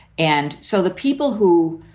and so the people who,